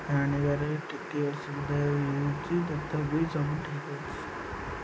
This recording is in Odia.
ଆଣିବାରେ ଟିକିଏ ଅସୁବିଧା ହେଉଛି ତଥାପି ସବୁ ଠିକ୍ ଅଛି